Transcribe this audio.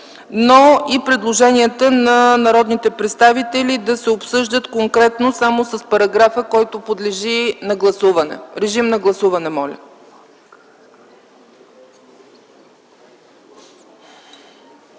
но и предложенията на народните представители да се обсъждат конкретно само с параграфа, който подлежи на гласуване. Моля, гласувайте.